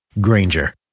Granger